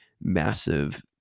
massive